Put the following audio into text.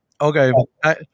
okay